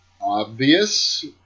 obvious